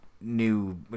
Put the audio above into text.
new